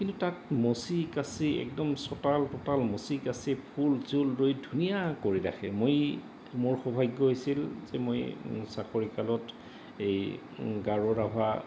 কিন্তু তাত মচি কাচি একদম চোতাল তোতাল মচি কাচি ফুল চোল ৰুই ধুনীয়া কৰি ৰাখে মই মোৰ সৌভাগ্য হৈছিল যে মই চাকৰি কালত এই গাৰো ৰাভা